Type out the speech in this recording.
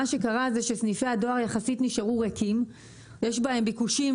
מה שקרה זה שסניפי הדואר יחסית נשארו ריקים וכמו שראינו הביקושים